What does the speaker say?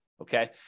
Okay